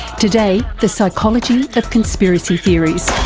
today, the psychology of conspiracy theories.